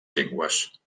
llengües